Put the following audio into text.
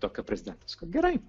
tokio prezidento gerai